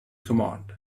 command